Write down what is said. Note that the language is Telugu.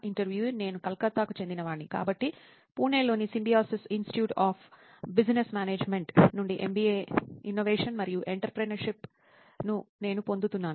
ఇంటర్వ్యూఈ నేను కలకత్తాకు చెందినవాడిని కాబట్టి పూణేలోని Symbiosis Institute of Business Management నుండి ఎంబీఏ ఇన్నోవేషన్ మరియు ఎంటర్ప్రెన్యూర్షిప్ను నేను పొందుతున్నాను